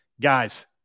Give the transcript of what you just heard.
guys